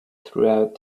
throughout